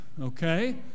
okay